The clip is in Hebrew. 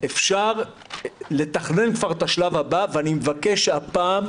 אפשר לתכנן כבר את השלב הבא ואני מבקש שהפעם,